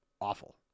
awful